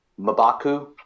Mabaku